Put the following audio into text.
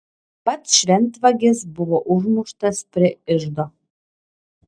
pats šventvagis buvo užmuštas prie iždo